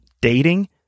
dating